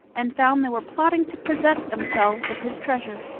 and found they were plotting to possess themselves of his treasure.